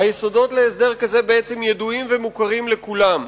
היסודות להסדר כזה בעצם ידועים ומוכרים לכולם,